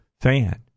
fan